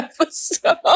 episode